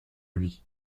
lui